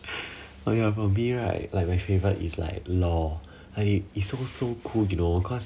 oh ya for me right like my favorite is like law like it so so cool you know cause